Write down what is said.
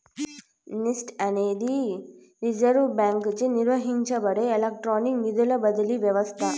NEFT అనేది Reserve బాంకీచే నిర్వహించబడే ఎలక్ట్రానిక్ నిధుల బదిలీ వ్యవస్త